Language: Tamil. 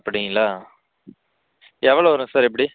அப்படிங்களா எவ்வளோ வரும் சார் எப்படி